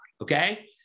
okay